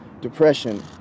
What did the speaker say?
depression